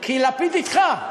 כי לפיד אתך.